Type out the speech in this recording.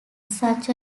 such